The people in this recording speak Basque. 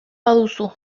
baduzu